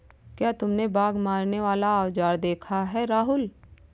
क्या तुमने बाघ मारने वाला औजार देखा है राहुल?